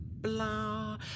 blah